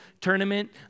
tournament